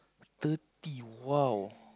thirty !wow!